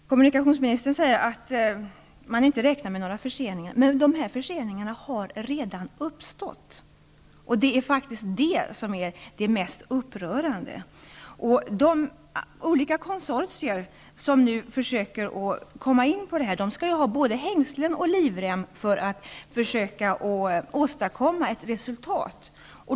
Herr talman! Kommunikationsministern säger att man inte räknar med några förseningar, men förseningarna har redan uppstått, och det är faktiskt det mest upprörande. De konsortier som nu försöker att komma in på projektet skall ha både hängslen och livrem för att få försöka åstadkomma ett resultat.